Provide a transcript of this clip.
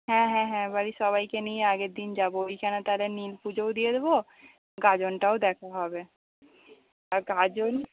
হ্যাঁ হ্যাঁ হ্যাঁ হ্যাঁ বাড়ির সবাইকে নিয়ে আগেরদিন যাবো ওখানেই তাহলে নীল পুজোও দিয়ে দেবো গাজনটাও দেখা হবে আর গাজন